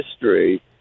history